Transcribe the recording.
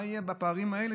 מה יהיה מהפערים האלה,